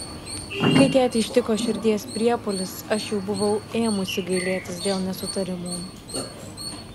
kai tėtį ištiko širdies priepuolis aš jau buvau ėmusi gailėtis dėl nesutarimų